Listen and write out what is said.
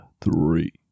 three